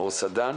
אור סדן.